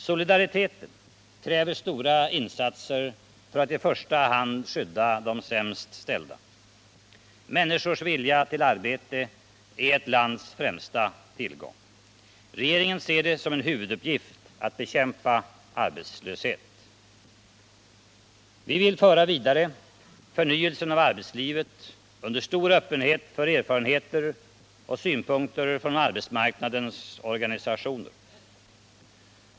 Solidariteten kräver stora insatser för att i första hand skydda de sämst ställda. Människors vilja till arbete är ett lands främsta tillgång. Regeringen ser det som en huvuduppgift att bekämpa arbetslöshet. Vi vill föra vidare förnyelsen av arbetslivet under stor öppenhet för erfarenheter och synpunkter från arbetsmarknadens organisationer.